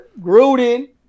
Gruden